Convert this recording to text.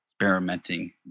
experimenting